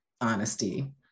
honesty